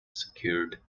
secured